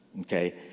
okay